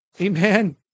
Amen